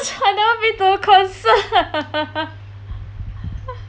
I never been to a concert